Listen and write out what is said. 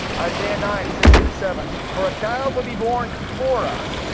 isaiah nine six and seven, for a child will be born for us,